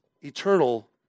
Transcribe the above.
eternal